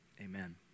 Amen